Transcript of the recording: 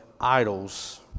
idols